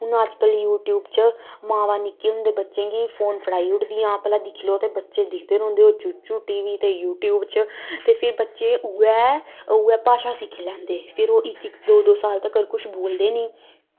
हून अज कल यूटयूव च मामां निक्के होंदे बच्चें गी फोन फड़ाई ओड़दियां भला दिक्खी लो ते बच्चे दिखदे रौंह्दे ओह् चू चू टीवी ते यू टयूव च ते फिर बच्चे उ'ऐ उ'ऐ भाशा सिक्खी लैंदे फिर ओह् इक इक दो दो साल तक कुछ बोलदे नी